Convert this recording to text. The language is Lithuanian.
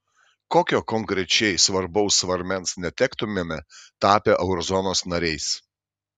kokio konkrečiai svarbaus svarmens netektumėme tapę eurozonos nariais